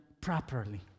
properly